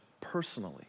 personally